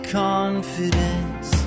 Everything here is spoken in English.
confidence